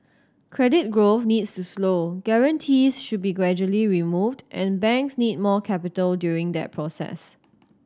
credit growth needs to slow guarantees should be gradually removed and banks need more capital during that process